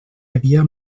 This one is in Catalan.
havia